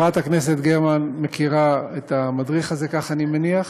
חברת הכנסת גרמן מכירה את המדריך הזה, אני מניח.